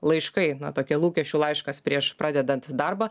laiškai tokie lūkesčių laiškas prieš pradedant darbą